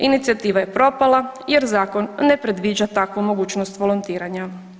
Inicijativa je propala jer zakon ne predviđa takvu mogućnost volontiranja.